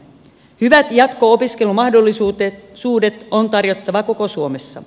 hyvät jatko opiskelumahdollisuudet on tarjottava koko suomessa